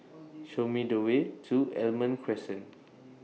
Show Me The Way to Almond Crescent